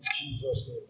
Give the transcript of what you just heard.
Jesus